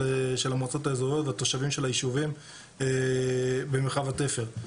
המועצות האזוריות והתושבים של היישובים במרחב התפר.